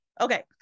okay